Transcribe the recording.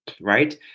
right